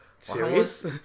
Serious